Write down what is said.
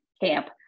camp